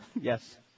Yes